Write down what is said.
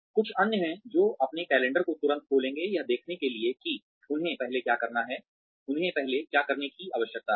कुछ अन्य हैं जो अपने कैलेंडर को तुरंत खोलेंगे यह देखने के लिए कि उन्हें पहले क्या करने की आवश्यकता है